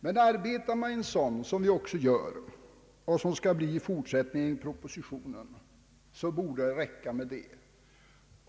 Men införs en sådan bestämmelse, som också skett i propositionen, bör det räcka därmed.